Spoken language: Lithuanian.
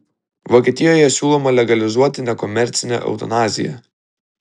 vokietijoje siūloma legalizuoti nekomercinę eutanaziją